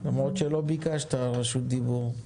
למרות שלא ביקשת רשות דיבור.